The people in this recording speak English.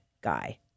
guy